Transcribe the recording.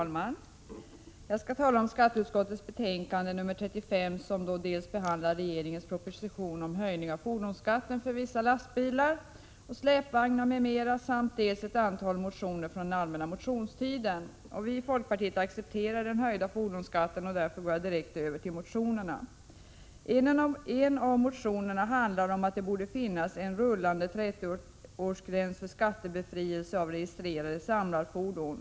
Fru talman! Jag skall tala om skatteutskottets betänkande 35 som dels behandlar regeringens proposition om höjning av fordonsskatten för vissa lastbilar och släpvagnar, m.m., dels ett antal motioner från den allmänna motionstiden. Vi i folkpartiet accepterar en höjning av fordonsskatten. Därför går jag direkt över till motionerna. En av motionerna handlar om att det borde finnas en rullande 30-årsgräns för skattebefrielse av registrerade samlarfordon.